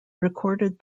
recorded